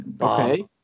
okay